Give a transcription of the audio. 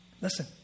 Listen